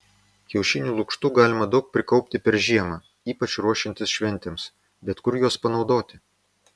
kiaušinių lukštų galima daug prikaupti per žiemą ypač ruošiantis šventėms bet kur juos panaudoti